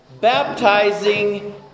baptizing